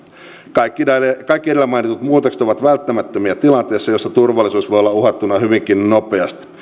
kaikki edellä mainitut muutokset ovat välttämättömiä tilanteessa jossa turvallisuus voi olla uhattuna hyvinkin nopeasti